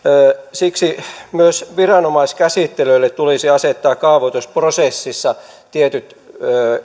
siksi myös viranomaiskäsittelyille tulisi asettaa kaavoitusprosessissa tietyt